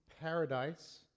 paradise